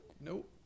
Nope